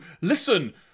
listen